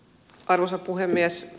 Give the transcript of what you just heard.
arvoisa puhemies